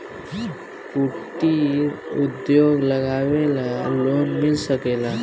कुटिर उद्योग लगवेला लोन मिल सकेला?